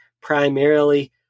primarily